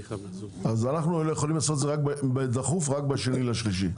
אז אנחנו יכולים לעשות את זה בדחיפות רק ב-2 במרץ.